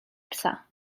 psa